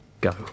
go